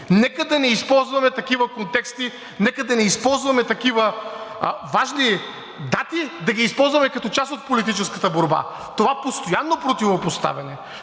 Нека да не използваме такива контексти, нека да не използваме такива важни дати, да не ги използваме като част от политическата борба. Това постоянно противопоставяне,